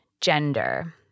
gender